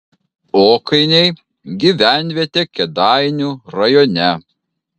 okainiai gyvenvietė kėdainių rajone